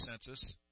census